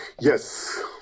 Yes